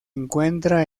encuentra